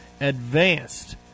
advanced